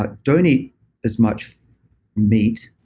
but don't eat as much meat.